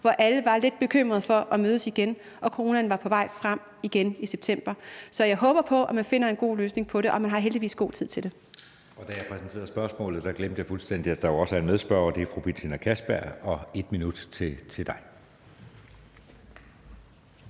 hvor alle var lidt bekymrede for at mødes igen og coronaen i september var på vej frem igen. Så jeg håber på, at man finder en god løsning på det, og man har heldigvis god tid til det.